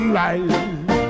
life